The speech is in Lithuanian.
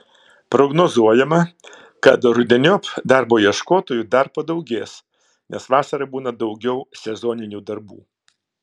prognozuojama kad rudeniop darbo ieškotojų dar padaugės nes vasarą būna daugiau sezoninių darbų